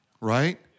right